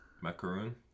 Macaroon